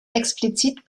explizit